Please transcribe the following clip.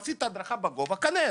עשית הדרכה בגובה תיכנס.